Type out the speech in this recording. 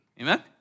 Amen